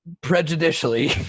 prejudicially